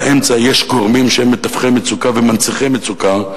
באמצע יש גורמים שהם מתווכי מצוקה ומנציחי מצוקה.